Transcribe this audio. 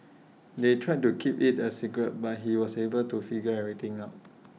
they tried to keep IT A secret but he was able to figure everything out